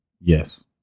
Yes